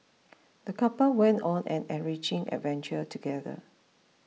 the couple went on an enriching adventure together